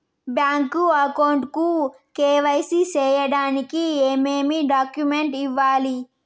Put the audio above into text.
Bank account కు KYC సేయడానికి ఏమేమి డాక్యుమెంట్ ఇవ్వాలి?